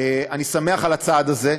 אני שמח על הצעד הזה,